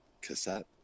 cassette